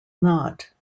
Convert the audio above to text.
not